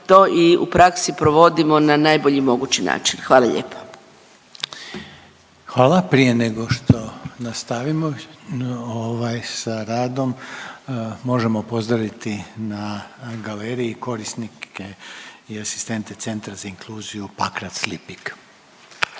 to i u praksi provodimo na najbolji mogući način. Hvala lijepo. **Reiner, Željko (HDZ)** Hvala. Prije nego što nastavimo, ovaj sa radom, možemo pozdraviti na galeriji korisnike i asistente Centra za inkluziju Pakrac-Lipik.